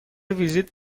ویزیت